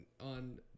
on